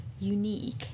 unique